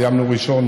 סיימנו אותו ראשון,